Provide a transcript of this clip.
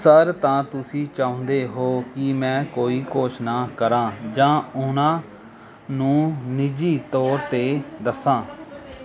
sir ਤਾਂ ਤੁਸੀਂ ਚਾਹੁੰਦੇ ਹੋ ਕੀ ਮੈਂ ਕੋਈ ਘੋਸ਼ਣਾ ਕਰਾਂ ਜਾਂ ਉਹਨਾਂ ਨੂੰ ਨਿੱਜੀ ਤੌਰ 'ਤੇ ਦੱਸਾਂ